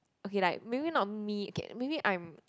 okay like maybe not me maybe I'm